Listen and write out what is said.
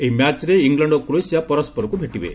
ଏହି ମ୍ୟାଚ୍ରେ ଇଂଲଣ୍ଡ ଓ କ୍ରୋଏସିଆ ପରସ୍କରକ୍ତ ଭେଟିବେ